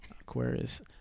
aquarius